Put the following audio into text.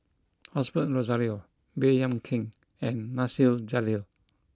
Osbert Rozario Baey Yam Keng and Nasir Jalil